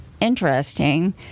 interesting